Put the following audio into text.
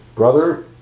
brother